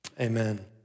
amen